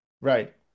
Right